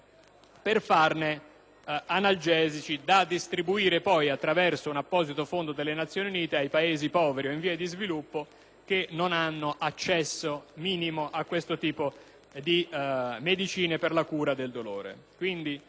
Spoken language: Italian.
per farne analgesici da distribuire poi, attraverso un apposito fondo delle Nazioni Unite, ai Paesi poveri o in via di sviluppo che non hanno accesso minimo a questo tipo di medicine per la cura del dolore.